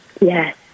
Yes